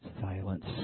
Silence